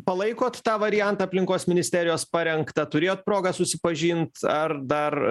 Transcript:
palaikot tą variantą aplinkos ministerijos parengtą turėjot progą susipažint ar dar